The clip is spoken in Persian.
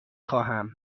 خواهم